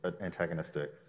antagonistic